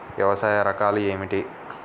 వ్యవసాయ రకాలు ఏమిటి?